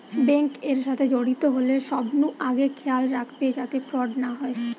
bank এর সাথে জড়িত হলে সবনু আগে খেয়াল রাখবে যাতে ফ্রড না হয়